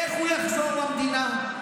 איך הוא יחזור למדינה?